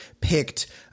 picked